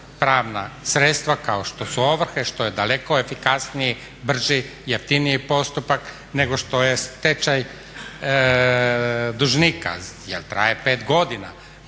pravna sredstva kao što su ovrhe, što je daleko efikasniji, brži, jeftiniji postupak nego što je stečaj dužnika jer traje 5 godina,